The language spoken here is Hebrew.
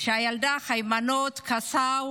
אחרי הילדה היימנוט קסאו,